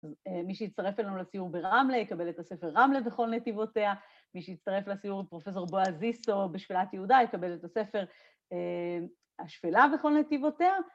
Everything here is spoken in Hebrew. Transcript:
‫מי שיצטרף אלינו לציור ברמלה ‫יקבל את הספר רמלה בכל נתיבותיה. ‫מי שיצטרף לסיור עם פרופ' בועז זיסו ‫בשפלת יהודה ‫יקבל את הספר השפלה בכל נתיבותיה.